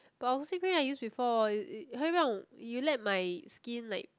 but oxy-cream I use before it it 会让 it'll let my skin like